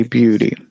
beauty